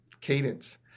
cadence